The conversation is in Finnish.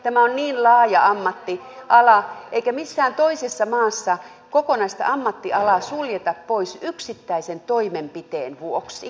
tämä on niin laaja ammattiala eikä missään toisessa maassa kokonaista ammattialaa suljeta pois yksittäisen toimenpiteen vuoksi